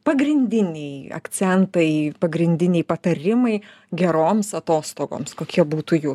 pagrindiniai akcentai pagrindiniai patarimai geroms atostogoms kokie būtų jų